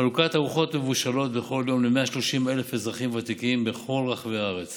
חלוקת ארוחות מבושלות בכל יום לכ-130,000 אזרחים ותיקים בכל רחבי הארץ